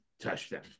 touchdown